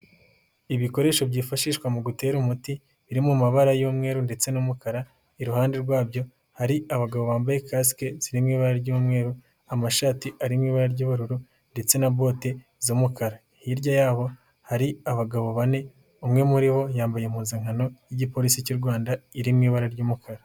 Ibikoresho byifashishwa mu gutera umuti biri mu mabara y'umweru, ndetse n'umukara iruhande rwabyo, hari abagabo bambaye kasike iri mu ibara ry'umweru, amashati arimo ibara ry'ubururu, ndetse na bote z'umukara hirya yabo hari abagabo bane umwe muri bo yambaye impuzankano y'igipolisi cy'u Rwanda iri mu ibara ry'umukara.